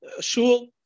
shul